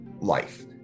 life